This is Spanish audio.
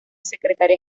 secretaria